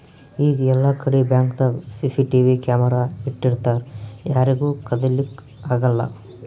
ಈಗ್ ಎಲ್ಲಾಕಡಿ ಬ್ಯಾಂಕ್ದಾಗ್ ಸಿಸಿಟಿವಿ ಕ್ಯಾಮರಾ ಇಟ್ಟಿರ್ತರ್ ಯಾರಿಗೂ ಕದಿಲಿಕ್ಕ್ ಆಗಲ್ಲ